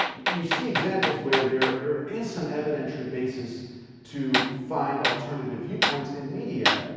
you see examples where there, there is some evidentiary basis to find alternative viewpoints in media.